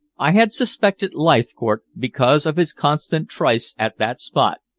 i had suspected leithcourt because of his constant trysts at that spot,